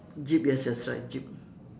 jeep yes yes right jeep